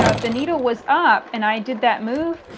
ah if the needle was up and i did that move,